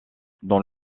dans